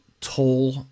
toll